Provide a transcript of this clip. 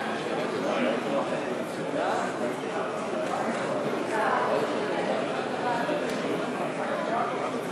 ואנחנו אכן מזמינים את סגן שר האוצר חבר הכנסת מיקי לוי,